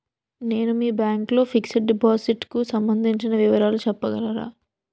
నేను మీ బ్యాంక్ లో ఫిక్సడ్ డెపోసిట్ కు సంబందించిన వివరాలు చెప్పగలరా?